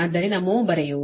ಆದ್ದರಿಂದ ಮ್ಹೋ ಬರೆಯುವುದು